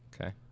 okay